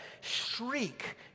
shriek